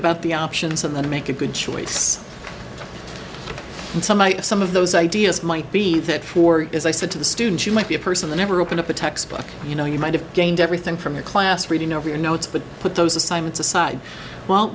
about the options and then make a good choice and some might some of those ideas might be that for as i said to the student you might be a person the never opened up a textbook you know you might have gained everything from your class reading over your notes but put those assignments aside w